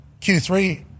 Q3